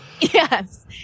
Yes